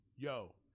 Yo